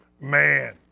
man